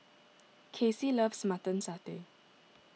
Kacey loves Mutton Satay